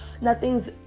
Nothing's